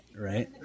right